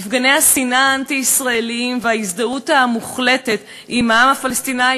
מפגני השנאה האנטי-ישראליים וההזדהות המוחלטת עם הפלסטינים